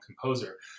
composer